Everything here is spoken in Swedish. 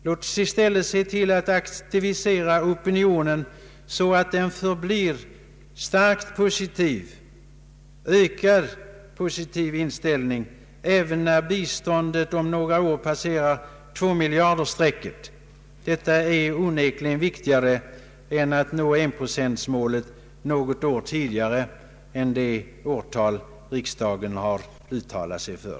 Låt oss i stället se till att aktivisera opinionen så att den är starkt positiv även när biståndet om några år passerar tvåmiljardersstrecket. Det är viktigare än att nå enprocentsmålet något år tidigare än det årtal riksdagen uttalat sig för.